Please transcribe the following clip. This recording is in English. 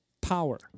power